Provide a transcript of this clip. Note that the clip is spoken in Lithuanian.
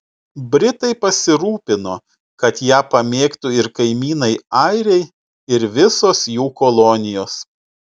britai pasirūpino kad ją pamėgtų ir kaimynai airiai ir visos jų kolonijos